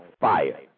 fire